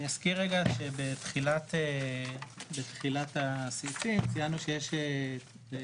אני אזכיר שבתחילת הסעיפים ציינו שיש לכל